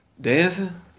Dancing